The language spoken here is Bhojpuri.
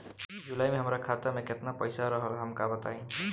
जुलाई में हमरा खाता में केतना पईसा रहल हमका बताई?